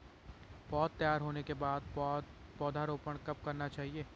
पौध तैयार होने के बाद पौधा रोपण कब करना चाहिए?